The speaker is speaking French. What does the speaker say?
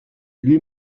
lui